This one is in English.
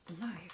life